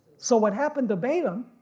so what happened to balaam,